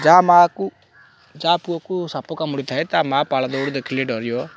ଯା ମାଁକୁ ଯା ପୁଅକୁ ସାପ କାମୁଡ଼ି ଥାଏ ତା ମାଁ ପାଳ ଦୌଡ଼ି ଦେଖିଲେ ଡରିବ